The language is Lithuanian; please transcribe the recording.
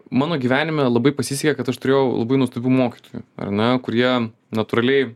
mano gyvenime labai pasisekė kad aš turėjau labai nuostabių mokytojų ar ne kurie natūraliai